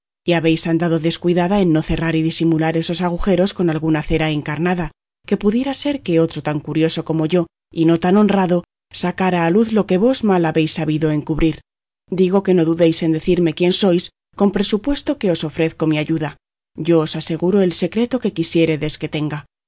habéis andado descuidada en no cerrar y disimular esos agujeros con alguna cera encarnada que pudiera ser que otro tan curioso como yo y no tan honrado sacara a luz lo que vos tan mal habéis sabido encubrir digo que no dudéis de decirme quién sois con presupuesto que os ofrezco mi ayuda yo os aseguro el secreto que quisiéredes que tenga